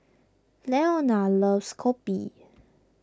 Leona loves Kopi